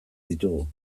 ditugu